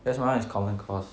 cause my [one] is common course